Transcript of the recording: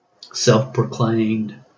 self-proclaimed